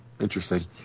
interesting